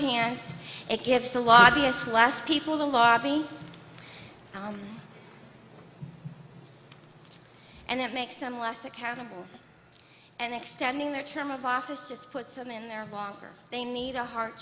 hands it gets the lobbyist class people to lobby and that makes them less accountable and extending their term of office just puts them in there longer they need a heart